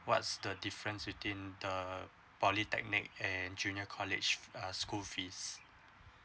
what's the difference within the polytechnic and junior college the school fees